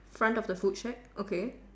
front of the food shack okay